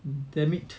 dammit